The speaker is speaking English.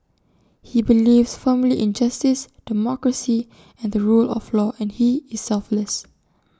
he believes firmly in justice democracy and the rule of law and he is selfless